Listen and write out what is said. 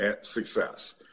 success